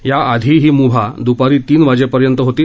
या आधी ही म्भा द्पारी तीन वाजेपर्यंत होती